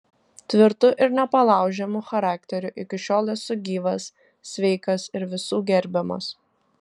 tvirtu ir nepalaužiamu charakteriu iki šiol esu gyvas sveikas ir visų gerbiamas